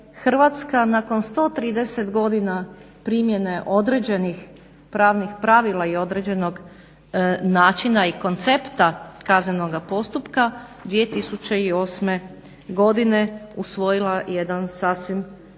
Hrvatska nakon 130 godina primjene određenih pravnih pravila i određenog načina i koncepta kaznenoga postupka 2008. godine usvojila jedan sasvim